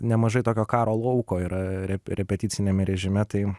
nemažai tokio karo lauko yra rep repeticiniame režime tai